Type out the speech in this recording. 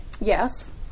Yes